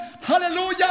Hallelujah